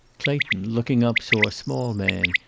clayton, looking up, saw a small man,